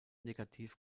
negativ